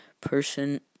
Person